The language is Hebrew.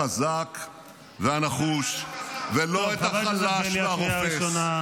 נשאיר 20% מהצבא הגרמני על תילו ולא ניכנס לבונקר של היטלר בברלין,